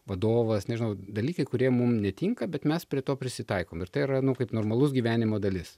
vadovas nežinau dalykai kurie mum netinka bet mes prie to prisitaikom ir tai yra nu kaip normalus gyvenimo dalis